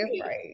right